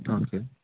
okay